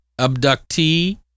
Abductee